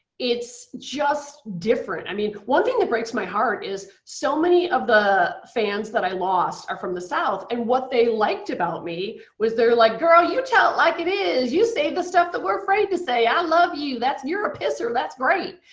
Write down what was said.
it's just different. i mean one thing that breaks my heart is so many of the the fans that i lost are from the south, and what they liked about me was they're like girl, you tell it like it is. you say the stuff that we're afraid to say. i love you. you're a pisser, that's great.